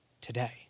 today